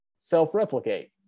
self-replicate